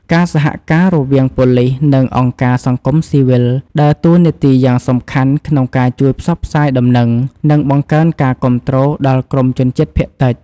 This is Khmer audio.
ការសហការរវាងប៉ូលិស និងអង្គការសង្គមស៊ីវិល ដើរតួនាទីយ៉ាងសំខាន់ក្នុងការជួយផ្សព្វផ្សាយដំណឹង និងបង្កើនការគាំទ្រដល់ក្រុមជនជាតិភាគតិច។